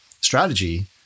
strategy